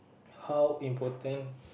how important